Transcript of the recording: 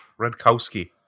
Redkowski